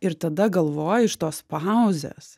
ir tada galvoj iš tos pauzės